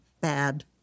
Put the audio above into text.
bad